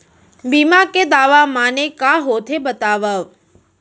बीमा के दावा माने का होथे बतावव?